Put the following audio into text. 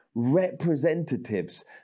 Representatives